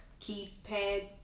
keypad